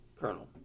Colonel